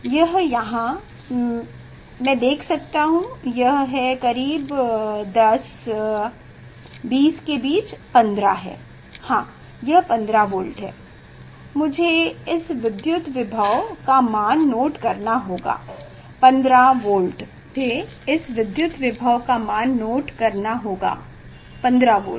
यह यहाँ है मैं देख सकता हूँ यह 10 20 के बीच 15 है हाँ यह 15 वोल्ट है मुझे इस विद्युत विभव का मान नोट करना होगा 15 वोल्ट